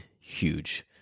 huge